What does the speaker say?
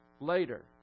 Later